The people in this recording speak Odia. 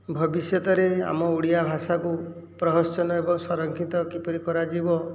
ଭବିଷ୍ୟତରେ ଆମ ଓଡ଼ିଆ ଭାଷାକୁ ପ୍ରୋତ୍ସାହନ ଏବଂ ସଂରକ୍ଷିତ କିପରି କରାଯିବ